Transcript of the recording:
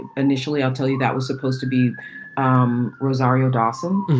initially, i'll tell you, that was supposed to be um rosario dawson,